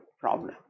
problem